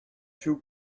two